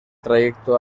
trayecto